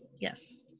Yes